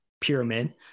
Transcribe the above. pyramid